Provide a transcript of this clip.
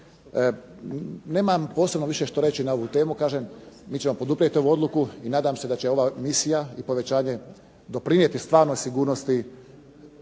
Nemam posebno više što reći na ovu temu. Mi ćemo poduprijeti ovu odluku i nadam se da će ova misija i povećanje doprinijeti stvarno sigurnosti